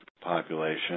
population